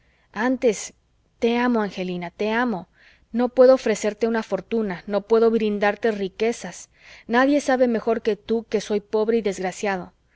antes te amo angelina te amo no puedo ofrecerte una fortuna no puedo brindarte riquezas nadie sabe mejor que tú que soy pobre y desgraciado